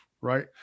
right